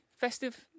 festive